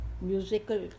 musical